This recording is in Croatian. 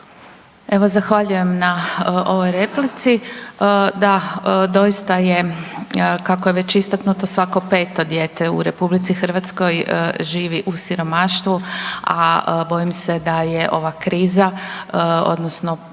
Evo zahvaljujem na ovoj replici. Da, doista je kako je već istaknuto, svako 5. dijete u RH živi u siromaštvu a bojim se da je ova kriza odnosno protekla